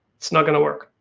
it's not gonna work.